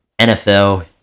NFL